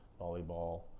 volleyball